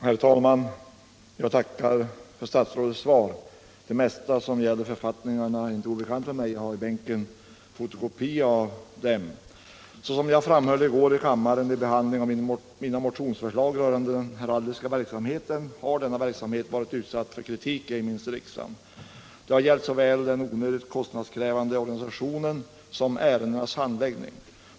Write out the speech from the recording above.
Herr talman! Jag tackar statsrådet för svaret. Det mesta som gäller författningarna är inte obekant för mig -— jag har i bänken en fotokopia av dem. Som jag framhöll i går här i kammaren vid behandlingen av mina motionsförslag rörande den heraldiska verksamheten har denna verksamhet varit utsatt för mycken kritik, inte minst i riksdagen. Det har gällt såväl den onödigt kostnadskrävande organisationen som ärendenas handläggning.